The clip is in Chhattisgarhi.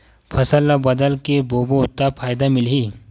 फसल ल बदल के बोबो त फ़ायदा मिलही?